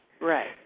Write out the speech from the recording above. right